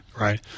right